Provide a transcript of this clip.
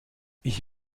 ich